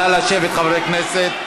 נא לשבת, חברי הכנסת.